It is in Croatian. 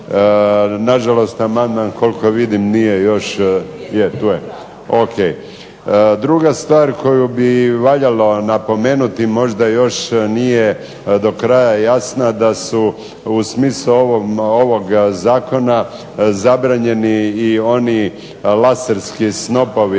Na žalost, amandman koliko vidim nije još, tu je. Druga stvar koju bi valjalo napomenuti možda još nije do kraja jasna da se u smisao ovog zakona zabranjeni oni laserski snopovi